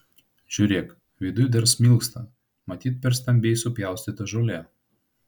žiūrėk viduj dar smilksta matyt per stambiai supjaustyta žolė